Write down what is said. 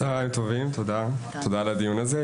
צוהריים טובים, תודה על הדיון הזה.